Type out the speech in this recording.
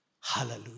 Hallelujah